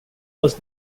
was